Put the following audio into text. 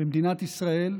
במדינת ישראל.